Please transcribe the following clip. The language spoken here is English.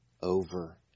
Over